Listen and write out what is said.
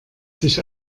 sich